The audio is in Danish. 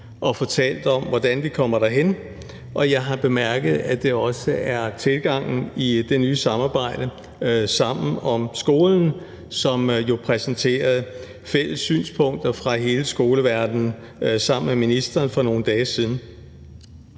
og får talt om, hvordan vi kommer derhen. Og jeg har bemærket, at det også er tilgangen i det nye samarbejde »Sammen om skolen«, som jo for nogle dage siden præsenterede fælles synspunkter fra hele skoleverdenen sammen med ministeren. Jeg synes,